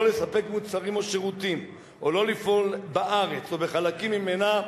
לא לספק מוצרים או שירותים או לא לפעול בארץ או בחלקים ממנה,